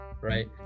Right